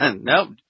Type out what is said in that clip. Nope